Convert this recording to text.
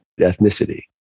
ethnicity